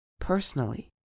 personally